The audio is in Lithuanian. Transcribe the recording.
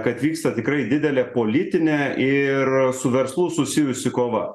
kad vyksta tikrai didelė politinė ir su verslu susijusi kova